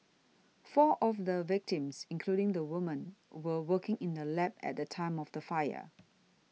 four of the victims including the woman were working in the lab at the time of the fire